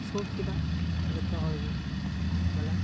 suit ᱠᱮᱫᱟ ᱡᱚᱛᱚ ᱦᱚᱲ ᱜᱮ ᱵᱚᱞᱮ